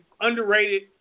Underrated